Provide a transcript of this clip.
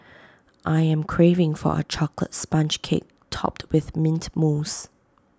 I am craving for A Chocolate Sponge Cake Topped with Mint Mousse